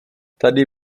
tady